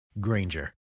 Granger